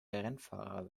rennfahrer